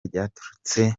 ryaturutse